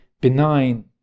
benign